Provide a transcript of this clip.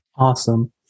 Awesome